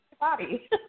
body